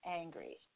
angry